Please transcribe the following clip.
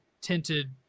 tinted